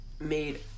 made